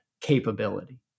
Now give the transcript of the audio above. capability